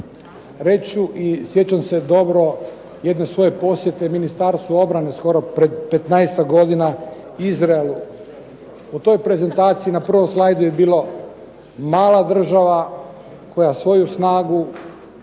ću i sjećam se dobro jedne svoje posjete Ministarstvu obrane, skoro pred 15-ak godina Izraelu. U toj prezentaciji na prvom slajdu je bilo mala država, koja svoju snagu